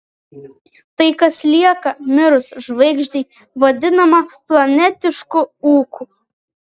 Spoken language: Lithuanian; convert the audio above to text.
tai kas lieka mirus žvaigždei vadinama planetišku ūku